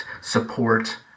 support